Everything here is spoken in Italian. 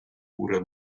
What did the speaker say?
cura